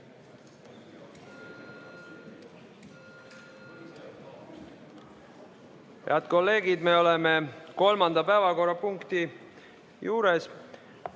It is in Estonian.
Head kolleegid! Me oleme kolmanda päevakorrapunkti juures.